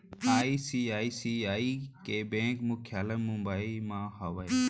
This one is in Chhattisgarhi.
आई.सी.आई.सी.आई के बेंक मुख्यालय मुंबई म हावय